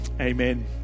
Amen